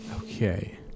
Okay